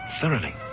thoroughly